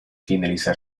finalizar